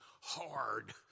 hard